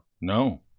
No